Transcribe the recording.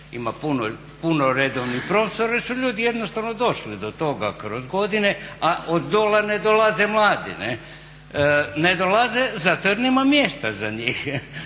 Ima puno redovnih profesora jer su ljudi jednostavno došli do toga kroz godine, a od dola ne dolaze mladi, ne dolaze zato jer nema mjesta za njih.